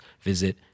visit